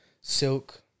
silk